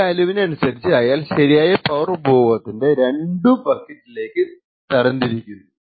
ഈ വാല്യൂവിന് അനുസരിച്ചു അയാൾ ശരിയായ പവർ ഉപഭോഗത്തിന്റെ രണ്ടു ബക്കറ്റിലേക്കായി തരാം തിരിക്കുന്നു